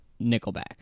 Nickelback